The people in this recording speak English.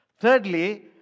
Thirdly